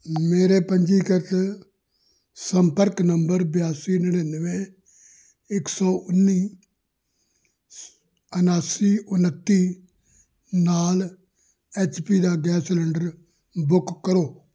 ਮੇਰੇ ਪੰਜੀਕ੍ਰਿਤ ਸੰਪਰਕ ਨੰਬਰ ਬਿਆਸੀ ਨੜਿਨਵੇਂ ਇੱਕ ਸੌ ਉੱਨੀ ਉਨਾਸੀ ਉਨੱਤੀ ਨਾਲ ਐੱਚ ਪੀ ਦਾ ਗੈਸ ਸਿਲੰਡਰ ਬੁੱਕ ਕਰੋ